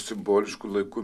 simbolišku laiku